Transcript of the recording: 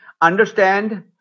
Understand